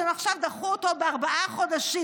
שעכשיו דחו אותו בארבעה חודשים.